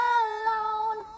alone